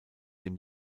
dem